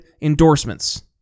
endorsements